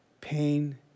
pain